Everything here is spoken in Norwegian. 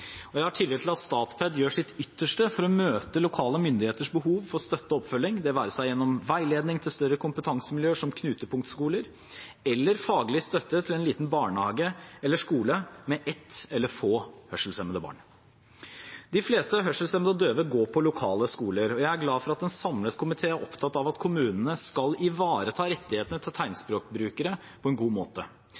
og jeg har tillit til at Statped gjør sitt ytterste for å møte lokale myndigheters behov for støtte og oppfølging – det være seg gjennom veiledning til større kompetansemiljøer som knutepunktskoler eller faglig støtte til en liten barnehage eller skole med ett eller få hørselshemmede barn. De fleste hørselshemmede og døve går på lokale skoler, og jeg er glad for at en samlet komité er opptatt av at kommunene skal ivareta rettighetene til tegnspråkbrukere på en god måte.